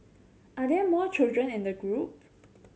are there more children in the group